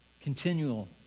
Continual